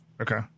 okay